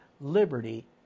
liberty